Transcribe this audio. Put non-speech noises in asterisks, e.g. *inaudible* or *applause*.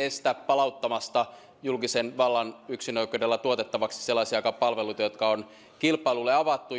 *unintelligible* estä palauttamasta julkisen vallan yksinoikeudella tuotettavaksi sellaisiakaan palveluita jotka on kilpailulle avattu